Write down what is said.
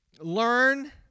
Learn